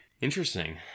Interesting